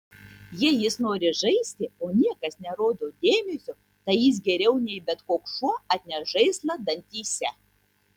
jei jis nori žaisti o niekas nerodo dėmesio tai jis geriau nei bet koks šuo atneš žaislą dantyse